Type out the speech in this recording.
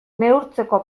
neurtzeko